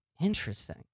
Interesting